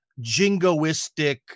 jingoistic